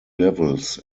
levels